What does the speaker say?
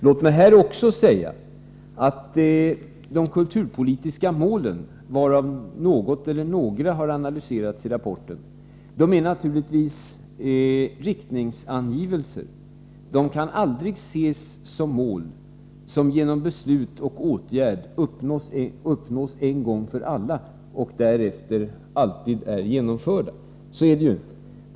Låt mig här också säga att de kulturpolitiska målen, varav något eller några har analyserats i rapporten, naturligtvis är riktningsangivelser. De kan aldrig ses som mål som genom beslut och åtgärd uppnås en gång för alla och därefter alltid är genomförda. Så är det inte.